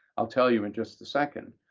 i'll tell you in just a second,